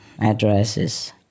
addresses